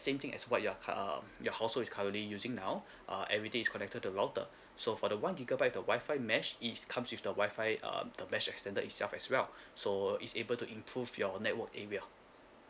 same thing as what you're cur~ um your house also is currently using now uh everything is connected to the router so for the one gigabyte with the wifi mesh it's comes with the wifi uh the mesh extender itself as well so it's able to improve your network area